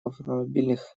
автомобильных